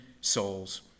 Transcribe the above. souls